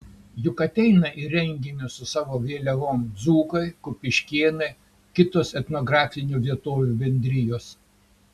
juk ateina į renginius su savo vėliavom dzūkai kupiškėnai kitos etnografinių vietovių bendrijos